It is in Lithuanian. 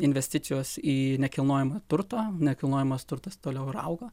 investicijos į nekilnojamą turtą nekilnojamas turtas toliau ir auga